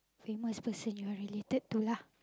famous person you are related to lah